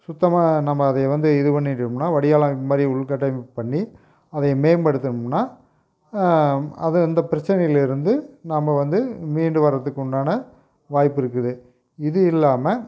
சுத்தமாக நம்ம அதை வந்து இது பண்ணிட்டோம்னா வடிகால் அமைப் மாதிரி உள்கட்டமைப் பண்ணி அதை மேம்படுத்தனோம்னா அதை இந்த பிரச்சனையில் இருந்து நம்ப வந்து மீண்டு வரதுக்கு உண்டான வாய்ப்பு இருக்குது இது இல்லாமல்